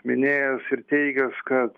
minėjęs ir teigęs kad